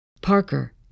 Parker